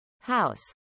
house